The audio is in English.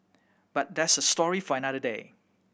but that's a story for another day